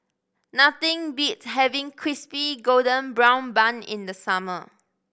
nothing beats having Crispy Golden Brown Bun in the summer